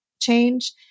change